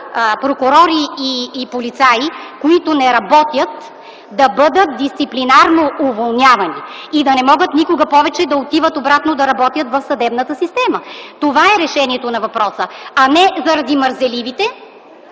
прокурори и полицаи, които не работят, да бъдат дисциплинарно уволнявани и да не могат никога повече да отиват обратно да работят в съдебната система. Това е решението на въпроса, а не заради мързеливите